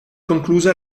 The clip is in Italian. concluse